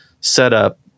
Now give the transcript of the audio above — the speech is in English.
setup